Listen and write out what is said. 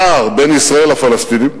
הפער בין ישראל לפלסטינים,